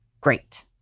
great